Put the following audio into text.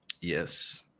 Yes